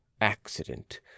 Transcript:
accident